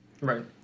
Right